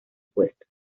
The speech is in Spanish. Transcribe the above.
puesto